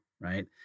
right